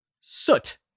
Soot